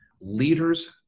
leaders